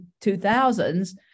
2000s